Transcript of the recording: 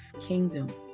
kingdom